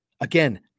again